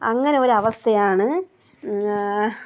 അങ്ങനെയൊരവസ്ഥയാണ്